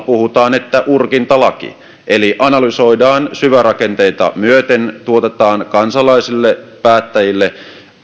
puhutaan että urkintalaki eli analysoidaan syvärakenteita myöten tuotetaan kansalaisille ja päättäjille